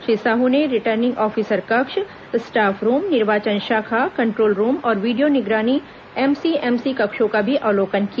श्री साह ने returning officer कक्ष staff room निर्वाचन शाखा कन्ट्रोल रूम और वीडियो निगरानी एमसीएमसी कक्षों का भी अवलोकन किया